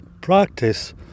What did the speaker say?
practice